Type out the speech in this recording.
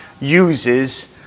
uses